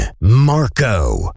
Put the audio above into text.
Marco